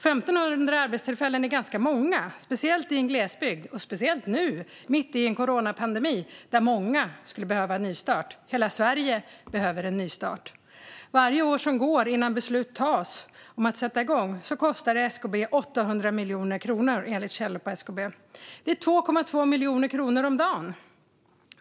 Det är ganska många arbetstillfällen, speciellt i glesbygd och speciellt nu, mitt i en coronapandemi då många skulle behöva en nystart. Hela Sverige behöver en nystart. Varje år som går innan beslut tas om att sätta igång kostar SKB 800 miljoner kronor, enligt källor på SKB. Det är 2,2 miljoner kronor om dagen.